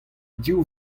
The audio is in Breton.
div